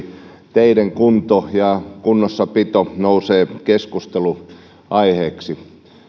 teiden kunto ja kunnossapito nousevat keskustelunaiheeksi